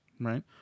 right